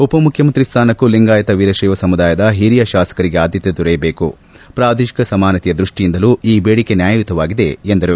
ಉಪಮುಖ್ಯಮಂತ್ರಿ ಸ್ಥಾನಕ್ಕೂ ಲಿಂಗಾಯತ ವೀರಶ್ಲೆವ ಸಮುದಾಯದ ಹಿರಿಯ ಶಾಸಕರಿಗೆ ಆದ್ದತೆ ದೊರೆಯಬೇಕು ಪ್ರಾದೇತಿಕ ಸಮಾನತೆಯ ದೃಷ್ಷಿಯಿಂದಲೂ ಈ ಬೇಡಿಕೆ ನ್ಯಾಯಯುತವಾಗಿದೆ ಎಂದರು